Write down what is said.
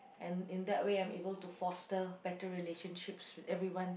and in that way I'm able to foster better relationships with everyone